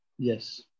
Yes